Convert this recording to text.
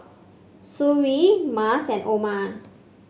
Suria Mas and Umar